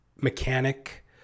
mechanic